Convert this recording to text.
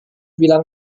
bilang